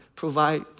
provide